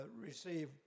receive